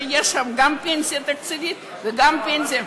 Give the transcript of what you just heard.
שיש שם גם פנסיה תקציבית וגם פנסיה,